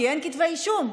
כי אין כתבי אישום.